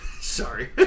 Sorry